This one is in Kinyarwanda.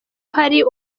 hari